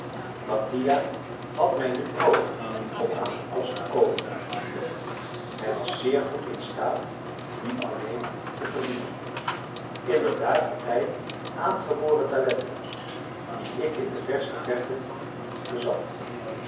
mattia had mij niet noodig om aan den kost te komen hij was zeer goed instaat dien alleen te verdienen inderdaad had hij aangeboren talenten die ik in de verste verte niet bezat